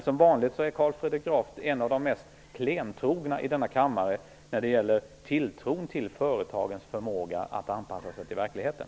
Som vanligt är Carl Fredrik Graf en av de mest klentrogna i denna kammare när det gäller tilltron till företagens förmåga att anpassa sig till verkligheten.